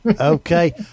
Okay